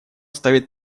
ставит